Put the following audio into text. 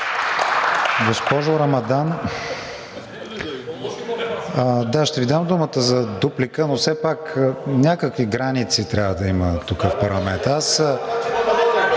Госпожо Рамадан… Да, ще Ви дам думата за дуплика, но все пак някакви граници трябва да има тук в парламента.